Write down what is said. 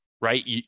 right